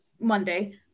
Monday